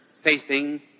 facing